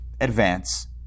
advance